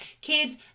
Kids